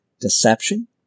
Deception